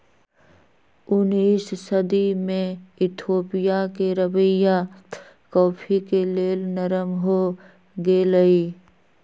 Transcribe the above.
उनइस सदी में इथोपिया के रवैया कॉफ़ी के लेल नरम हो गेलइ